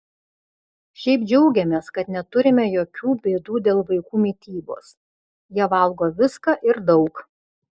šiaip džiaugiamės kad neturime jokių bėdų dėl vaikų mitybos jie valgo viską ir daug